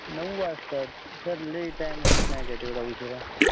नऊ वाजतात sir late time होत नाही काय तेवढा उशिरा